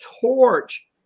torch